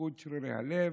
בתפקוד שרירי הלב,